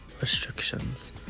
Restrictions